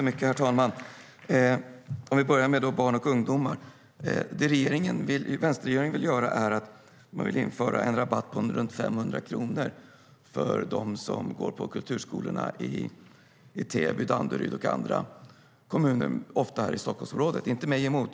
Herr talman! Låt mig börja med barn och ungdomar. Vänsterregeringen vill införa en rabatt på runt 500 kronor för dem som går på kulturskolorna i Täby, Danderyd och andra kommuner, ofta här i Stockholmsområdet. Inte mig emot.